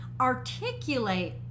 articulate